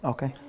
Okay